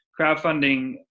crowdfunding